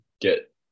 get